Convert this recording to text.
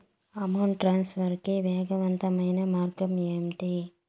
amount transfer కి వేగవంతమైన మార్గం ఏంటి